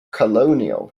colonial